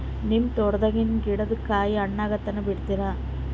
ನಿಮ್ಮ ತೋಟದಾಗಿನ್ ಗಿಡದಾಗ ಕಾಯಿ ಹಣ್ಣಾಗ ತನಾ ಬಿಡತೀರ?